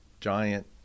giant